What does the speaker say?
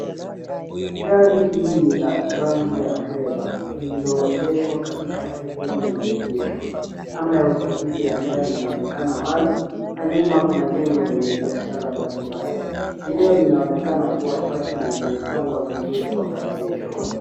Gari hili ni la rangi ya fedha lililoegeshwa katika sehemu ya maegesho. Namba ya usajili ya gari inaonekana wazi na nyuma kuna jengo lenye biashara mbalimbali. Eneo linaonekana kuwa safi na limepangwa vizuri kwa maegesho.